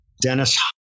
Dennis